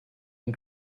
and